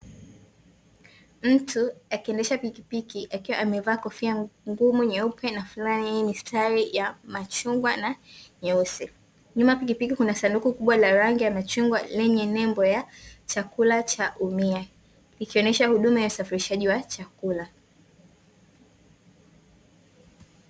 Mtu akiendesha pikipiki akiwa amevaa kofia ngumu nyeupe na fulana yenye mistari ya machungwa na nyeusi, nyuma ya pikipiki kuna sanduku kubwa la rangi ya machungwa, lenye nembo lenye nembo ya Chakula cha umia, ikionesha huduma ya usafirishaji wa chakula.